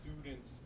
students